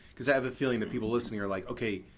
because i have a feeling that people listening are like, okay,